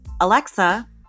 Alexa